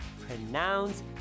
Pronounce